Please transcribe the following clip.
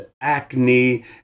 acne